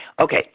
okay